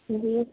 جی